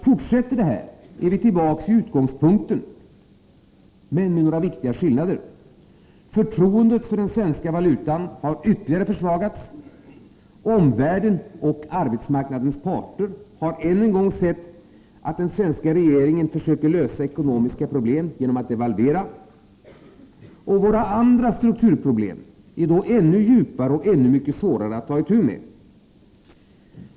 Fortsätter detta är vi tillbaka vid utgångspunkten, men med några viktiga skillnader: Förtroendet för den svenska valutan har ytterligare försvagats. Omvärlden och arbetsmarknadens parter har än en gång sett att den svenska regeringen försöker lösa ekonomiska problem genom att devalvera. Och våra andra strukturproblem är då ännu djupare och ännu mycket svårare att ta itu med.